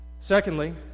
Secondly